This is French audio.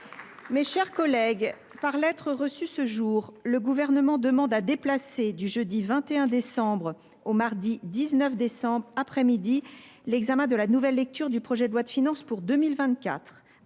Mes chers collègues, par lettre reçue ce jour, le Gouvernement demande à déplacer du jeudi 21 décembre au mardi 19 décembre après midi l’examen de la nouvelle lecture du projet de loi de finances pour 2024.